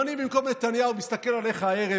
אם אני במקום נתניהו מסתכל עליך הערב,